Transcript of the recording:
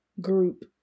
group